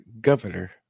governor